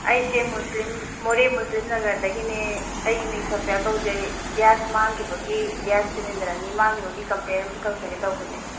ꯑꯩꯁꯦ ꯃꯨꯁꯂꯤꯝ ꯃꯣꯔꯦ ꯃꯨꯁꯂꯤꯝ ꯅꯥꯒꯔꯗꯒꯤꯅꯦ ꯑꯩꯒꯤ ꯃꯤꯡ ꯁꯣꯐꯤꯌꯥ ꯀꯧꯖꯩ ꯒ꯭ꯌꯥꯁ ꯃꯥꯡꯈꯤꯕꯒꯤ ꯒ꯭ꯌꯥꯁ ꯁꯤꯂꯤꯟꯗꯔ ꯑꯅꯤ ꯃꯥꯡꯈꯤꯕꯒꯤ ꯀꯝꯄ꯭ꯂꯦꯟ ꯑꯃꯇ ꯇꯧꯖꯒꯦ ꯇꯧꯕꯅꯦ